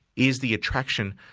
is the attraction,